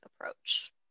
approach